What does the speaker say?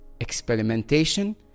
experimentation